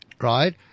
right